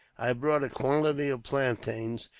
i have bought a quantity of plantains,